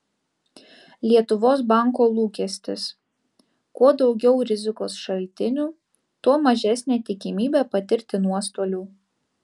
lietuvos banko lūkestis kuo daugiau rizikos šaltinių tuo mažesnė tikimybė patirti nuostolių